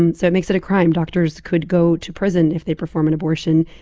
and so it makes it a crime. doctors could go to prison if they perform an abortion,